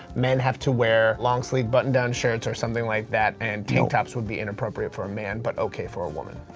men have to wear long-sleeve button-down shirts or something like that. and tank tops would be inappropriate for a man but okay for a woman.